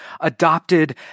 adopted